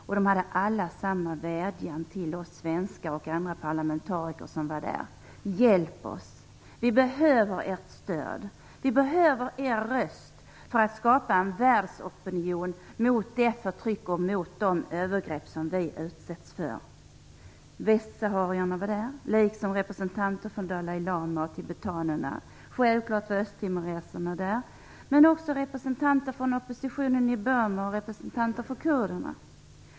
Och de hade alla samma vädjan till oss svenskar och andra parlamentariker som var där: Hjälp oss! Vi behöver ert stöd. Vi behöver er röst för att skapa en världsopinion mot det förtryck och mot de övergrepp som vi utsätts för. Västsaharierna var där liksom representanter för Dalai Lama och tibetanerna. Självklart var össtimoreserna där, men också representanter för oppositionen i Burma och för kurderna.